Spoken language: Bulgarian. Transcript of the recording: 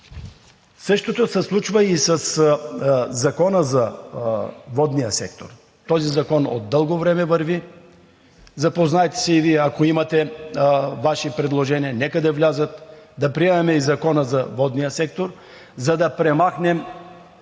Същото се случва и със Закона за водния сектор. Този закон върви от дълго време. Запознайте се и Вие и ако имате Ваши предложения, нека да влязат – да приемем и закона за водния сектор, за да премахнем